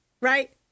Right